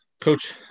Coach